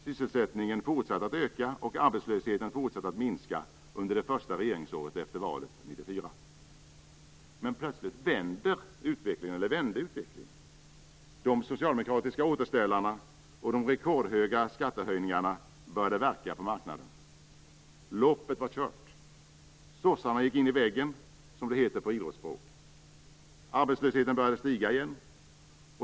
Sysselsättningen fortsatte att öka och arbetslösheten fortsatte att minska under det första regeringsåret efter valet 1994. Plötsligt vände utvecklingen. De socialdemokratiska återställarna och de rekordstora skattehöjningarna började verka på marknaden. Loppet var kört. Sossarna gick in i väggen, som det heter på idrottsspråk. Arbetslösheten började stiga igen.